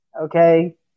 Okay